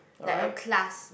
like a class